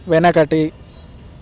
వెనకటి